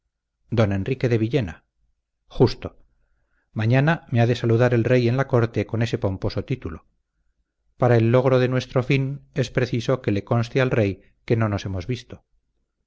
don enrique de villena justo mañana me ha de saludar el rey en la corte con ese pomposo título para el logro de nuestro fin es preciso que le conste al rey que no nos hemos visto